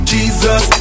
Jesus